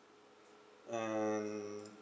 and